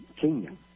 kingdom